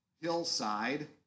hillside